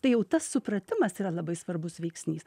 tai jau tas supratimas yra labai svarbus veiksnys